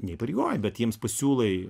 neįpareigoja bet jiems pasiūlai